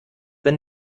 wenn